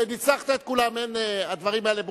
ניצחת את כולם, הדברים האלה ברורים.